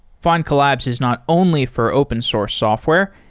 findcollabs is not only for open source software.